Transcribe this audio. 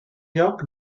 lloc